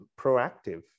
proactive